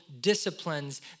disciplines